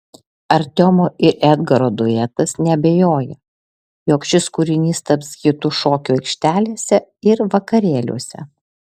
artiomo ir edgaro duetas neabejoja jog šis kūrinys taps hitu šokių aikštelėse ir vakarėliuose